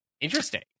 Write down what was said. Interesting